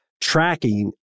tracking